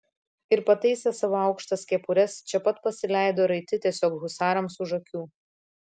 ir pataisę savo aukštas kepures čia pat pasileido raiti tiesiog husarams už akių